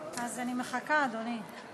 אז אני מחכה, אדוני.